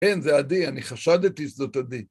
כן, זה עדי, אני חשדתי שזאת עדי.